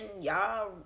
y'all